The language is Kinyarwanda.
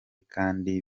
kandi